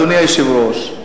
אדוני היושב-ראש,